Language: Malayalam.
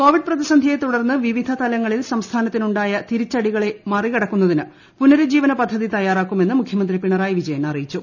കോവിഡ് പ്രതിസന്ധിയെ തുടർന്ന് പിവിധ തലങ്ങളിൽ സംസ്ഥാനത്തിനുണ്ടായ തിരിച്ചടികളെ മറികടക്കുന്നതിന് പുനരുജ്ജീവന പദ്ധതി തയ്യാറാക്കുമെന്ന് മുഖ്യമന്ത്രി പിണറായി വിജയൻ അറിയിച്ചു